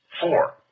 Four